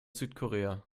südkorea